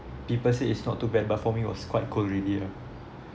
people say it's not too bad but for me was quite cold already ah